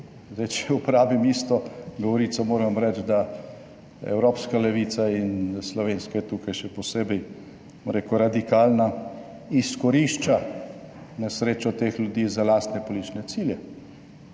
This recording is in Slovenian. Zdaj, če uporabim isto govorico, moram reči, da evropska levica in slovenska je tukaj še posebej bom rekel radikalna - izkorišča nesrečo teh ljudi za lastne politične cilje.